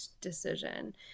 decision